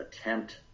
attempt